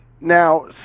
Now